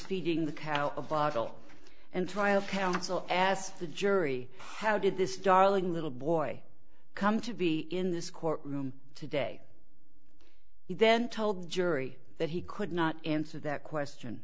feeding the cow a bottle and trial counsel asked the jury how did this darling little boy come to be in this courtroom today he then told the jury that he could not answer that question